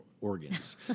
organs